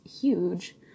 huge